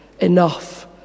enough